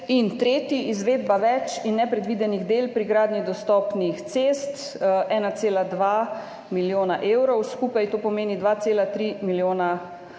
In tretji, izvedba več in nepredvidenih del pri gradnji dostopnih cest, 1,2 milijona evrov. Skupaj to pomeni 2,3 milijona evrov,